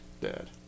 dead